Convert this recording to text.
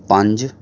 ਪੰਜ